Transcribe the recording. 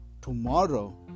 tomorrow